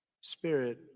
spirit